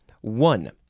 One